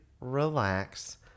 relax